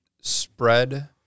spread